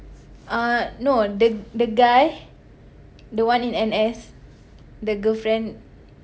uh no the the guy the one in N_S the girlfriend